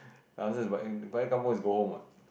the answer is what balik kampung is go home what